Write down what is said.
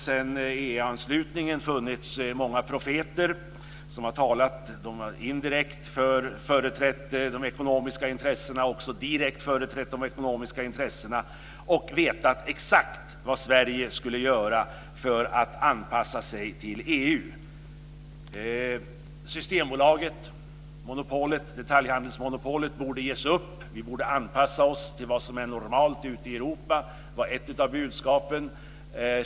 Sedan EU-anslutningen har det funnits många profeter som indirekt och direkt har företrätt de ekonomiska intressen och vetat exakt vad Sverige skulle göra för att anpassa sig till EU. Systembolaget - detaljhandelsmonopolet - borde ges upp. Vi borde anpassa oss till vad som är normalt ute i Europa. Det var ett av budskapen.